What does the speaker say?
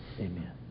Amen